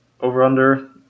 over-under